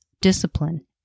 discipline